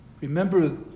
Remember